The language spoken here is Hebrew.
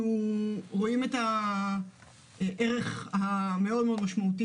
אנחנו רואים את הערך המאוד-מאוד משמעותי